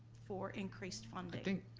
for increased funding. i think,